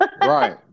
Right